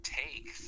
take